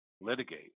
litigate